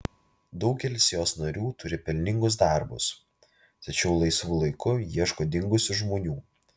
daugelis jos narių turi pelningus darbus tačiau laisvu laiku ieško dingusių žmonių